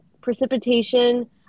Precipitation